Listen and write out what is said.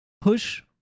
push